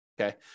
okay